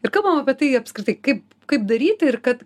ir kalbam apie tai apskritai kaip kaip daryti ir kad